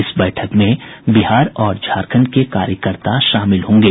इस बैठक में बिहार और झारखण्ड के कार्यकर्ता शामिल होंगे